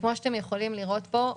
כפי שאתם יכולים לראות פה,